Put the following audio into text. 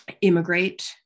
immigrate